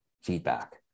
feedback